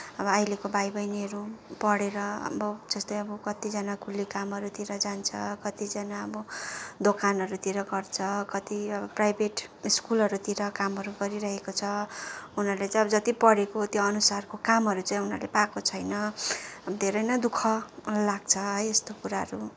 अब अहिलेको भाइबहिनीहरू पढेर अब जस्तै अब कतिजना कुल्ली कामहरूतिर जान्छ कतिजना अब दोकानहरूतिर गर्छ कति अब प्राइभेट स्कुलहरूतिर कामहरू गरिरहेको छ उनीहरूले चाहिँ जति पढेको अब त्यो अनुसारको कामहरू चाहिँ उनीहरूले पाएको छैन अब धेरै नै दु ख लाग्छ है त्यस्तो कुराहरू